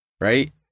right